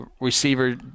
Receiver